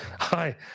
Hi